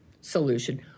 solution